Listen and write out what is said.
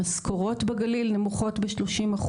המשכורות בגליל נמוכות ב-30%,